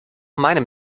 meinem